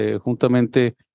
juntamente